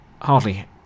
hardly